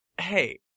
Hey